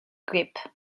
grip